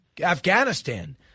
Afghanistan